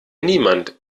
niemand